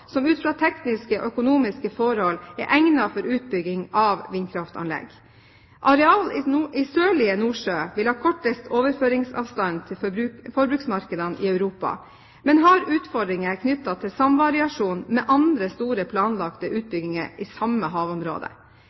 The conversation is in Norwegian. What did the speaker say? peke ut areal som ut fra tekniske og økonomiske forhold er egnet for utbygging av vindkraftanlegg. Areal i sørlige Nordsjø vil ha kortest overføringsavstand til forbruksmarkedene i Europa, men har utfordringer knyttet til samvariasjon med andre store planlagte utbygginger i samme havområde.